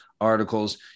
articles